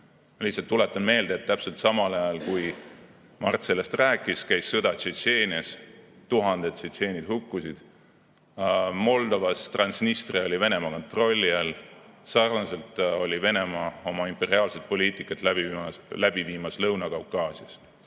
lihtsalt tuletan meelde, et täpselt samal ajal, kui Mart Helme sellest rääkis, käis sõda Tšetšeenias, tuhanded tšetšeenid hukkusid. Moldovas oli Transnistria Venemaa kontrolli all ja sarnaselt oli Venemaa oma imperiaalset poliitikat läbi viimas Lõuna-Kaukaasias.